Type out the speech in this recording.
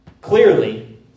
Clearly